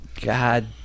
God